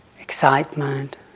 excitement